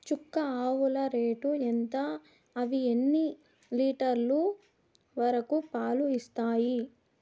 చుక్క ఆవుల రేటు ఎంత? అవి ఎన్ని లీటర్లు వరకు పాలు ఇస్తాయి?